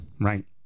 right